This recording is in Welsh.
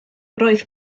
roedd